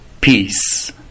peace